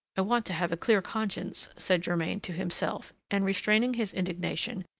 i want to have a clear conscience, said germain to himself, and, restraining his indignation,